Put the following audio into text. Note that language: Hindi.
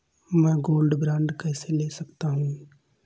मैं गोल्ड बॉन्ड कैसे ले सकता हूँ?